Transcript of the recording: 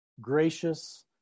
gracious